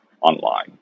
online